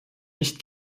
nicht